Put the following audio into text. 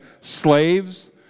slaves